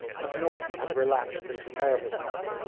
macnaghten had relapsed into nervousness,